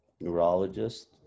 neurologist